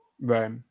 Right